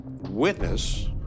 witness